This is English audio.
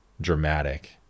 dramatic